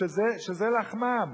שזה לחמם.